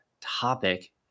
topic